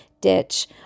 ditch